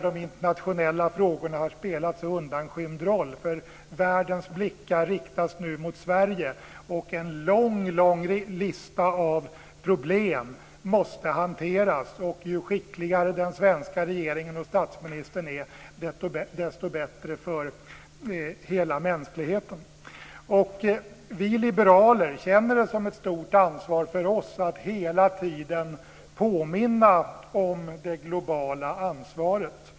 De internationella frågorna har spelat en så undanskymd roll. Världens blickar riktas nu mot Sverige, och en lång lista av problem måste hanteras. Ju skickligare den svenska regeringen och statsministern är, desto bättre för hela mänskligheten. Vi liberaler känner ett stort ansvar att hela tiden påminna om det globala ansvaret.